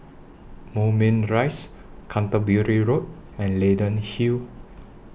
Moulmein Rise Canterbury Road and Leyden Hill